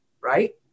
right